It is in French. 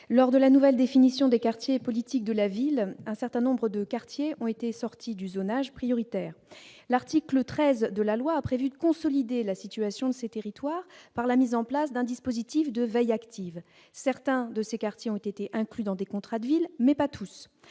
Lors de la nouvelle définition des quartiers relevant de la politique de la ville, un certain nombre de quartiers ont été sortis du zonage prioritaire : l'article 13 de la loi a prévu de consolider la situation de ces territoires par la mise en place d'un dispositif de veille active. Certains de ces quartiers ont été inclus dans des contrats de ville, mais pas tous.